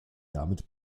damit